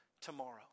tomorrow